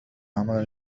عمل